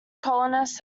colonists